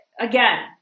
again